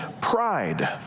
pride